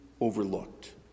overlooked